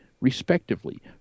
respectively